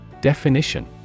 Definition